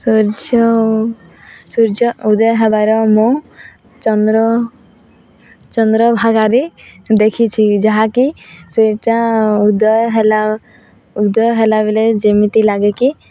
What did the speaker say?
ସୂର୍ଯ୍ୟ ସୂର୍ଯ୍ୟ ଉଦୟ ହେବାର ମୁଁ ଚନ୍ଦ୍ର ଚନ୍ଦ୍ରଭାଗାରେ ଦେଖିଛି ଯାହାକି ସେଇଟା ଉଦୟ ହେଲା ଉଦୟ ହେଲାବେଳେ ଯେମିତି ଲାଗେ କିି